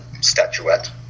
statuette